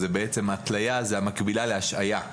התליה היא המקבילה להשעיה.